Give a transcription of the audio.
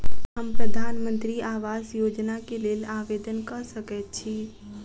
हम प्रधानमंत्री आवास योजना केँ लेल आवेदन कऽ सकैत छी?